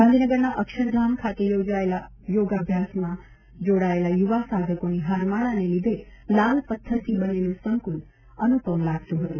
ગાંધીનગરના અક્ષરધામ ખાતે યોજાયેલા યોગાભ્યાસમાં જોડાયેલા યુવા સાધકોની હારમાળાને લીધે લાલ પથ્થરથી બનેલું સંકુલ અનુપમ લાગતું હતું